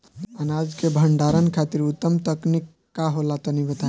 अनाज के भंडारण खातिर उत्तम तकनीक का होला तनी बताई?